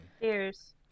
Cheers